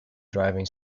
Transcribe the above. driving